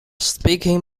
speaking